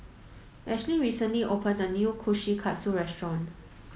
Ashley recently opened a new Kushikatsu restaurant